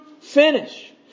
finish